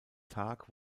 tag